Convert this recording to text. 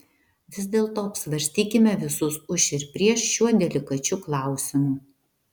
vis dėlto apsvarstykime visus už ir prieš šiuo delikačiu klausimu